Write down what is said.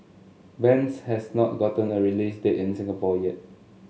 bends has not gotten a release date in Singapore yet